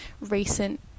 recent